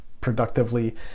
productively